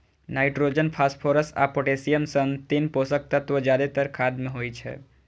nitrogen, phosphorus आ potassium सन तीन पोषक तत्व जादेतर खाद मे होइ छै